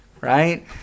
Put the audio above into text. Right